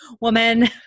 woman